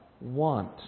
want